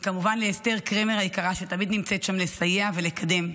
וכמובן לאסתר קרמר היקרה שתמיד נמצאת שם לסייע ולקדם.